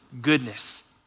goodness